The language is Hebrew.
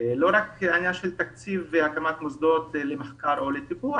לא רק עניין של תקציב והקמת מוסדות למחקר או לטיפוח,